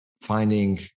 finding